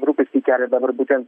rūpestį kelia dabar būtent